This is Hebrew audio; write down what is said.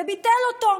וביטל אותו.